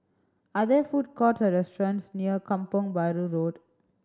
are there food courts or restaurants near Kampong Bahru Road